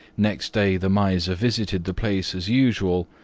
next day the miser visited the place as usual,